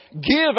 Give